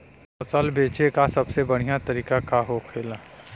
फसल बेचे का सबसे बढ़ियां तरीका का होखेला?